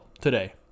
today